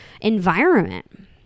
environment